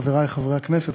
חברי חברי הכנסת,